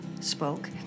spoke